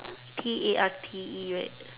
T A R T E right